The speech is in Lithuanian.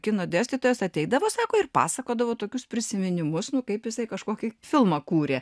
kino dėstytojas ateidavo sako ir pasakodavo tokius prisiminimus nu kaip jisai kažkokį filmą kūrė